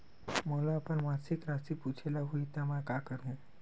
मोला अपन मासिक राशि पूछे ल होही त मैं का करहु?